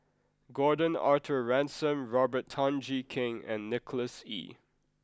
Gordon Arthur Ransome Robert Tan Jee Keng and Nicholas Ee